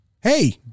hey